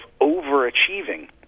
overachieving